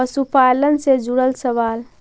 पशुपालन से जुड़ल सवाल?